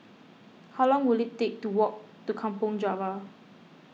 how long will it take to walk to Kampong Java